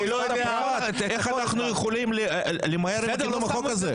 אני לא יודע איך אנחנו יכולים למהר עם קידום החוק הזה.